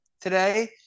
today